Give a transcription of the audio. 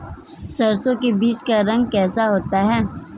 सरसों के बीज का रंग कैसा होता है?